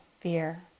fear